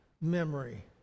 memory